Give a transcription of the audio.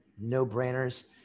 no-brainers